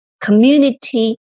community